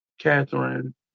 Catherine